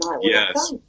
Yes